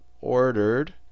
Ordered